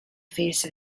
face